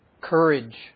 courage